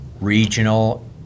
regional